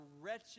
wretched